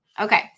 okay